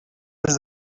mes